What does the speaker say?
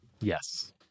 Yes